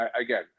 Again